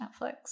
netflix